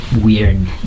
weird